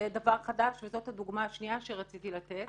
דבר חדש וזאת הדוגמה השנייה שרציתי לתת